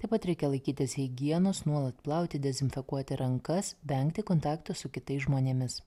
taip pat reikia laikytis higienos nuolat plauti dezinfekuoti rankas vengti kontakto su kitais žmonėmis